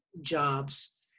jobs